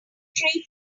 tree